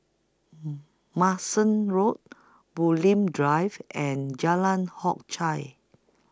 Manston Road Bulim Drive and Jalan Hock Chye